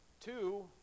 Two